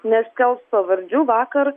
neskelbs pavardžių vakar